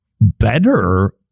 better